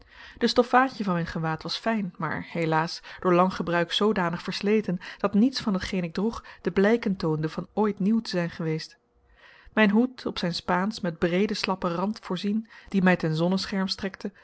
de stoffaadje van mijn gewaad was fijn maar helaas door lang gebruik zoodanig versleten dat niets van hetgeen ik droeg de blijken toonde van ooit nieuw te zijn geweest mijn hoed op zijn spaansch met breede slappe randen voorzien die mij ten zonnescherm strekten